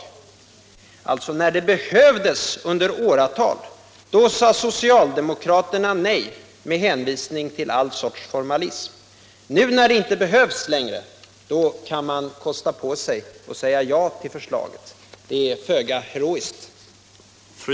När våra i åratal upprepade förslag om ändringar verkligen behövdes, då sade alltså socialdemokraterna nej med hänvisning till all sorts formalism, men nu när det inte längre behövs, då kan man kosta på sig att säga ja till förslaget. Det är föga heroiskt.